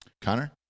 Connor